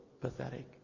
pathetic